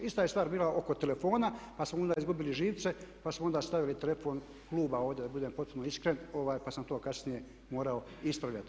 Ista je stvar bila oko telefona pa smo onda izgubili živce, pa smo onda stavili telefon kluba ovdje da budem potpuno iskren pa sam to kasnije morao ispravljati.